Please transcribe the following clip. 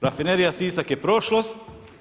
Rafinerija Sisak je prošlost.